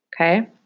Okay